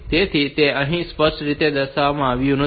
તેથી તે અહીં સ્પષ્ટ રીતે દર્શાવવામાં આવ્યું નથી